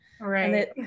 Right